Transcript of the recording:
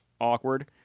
awkward